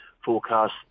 forecast